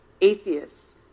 atheists